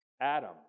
Adam